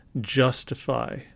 justify